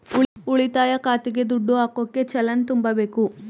ಉಳಿತಾಯ ಖಾತೆಗೆ ದುಡ್ಡು ಹಾಕೋಕೆ ಚಲನ್ ತುಂಬಬೇಕು